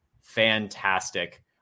Fantastic